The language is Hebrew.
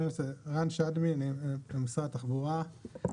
רן שדמי, משרד התחבורה.